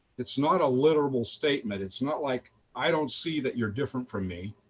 it's not a literal statement. it's not like i don't see that you're different from me.